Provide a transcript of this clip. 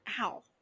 Ow